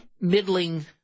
middling